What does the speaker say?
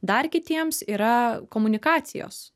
dar kitiems yra komunikacijos